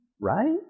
right